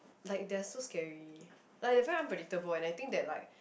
like they're so scary like they're very unpredictable and I think that like